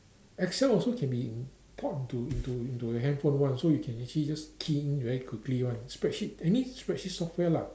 Excel also can be import into into into the handphone one so you can actually just key in very quickly one spreadsheet any spreadsheet software lah